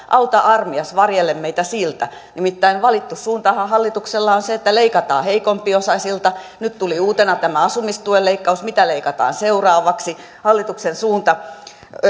auta armias varjele meitä siltä nimittäin valittu suuntahan hallituksella on se että leikataan heikompiosaisilta nyt tuli uutena tämä asumistuen leikkaus mitä leikataan seuraavaksi hallituksen